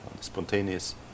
spontaneous